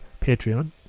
Patreon